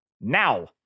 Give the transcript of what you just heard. Now